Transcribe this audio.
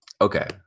okay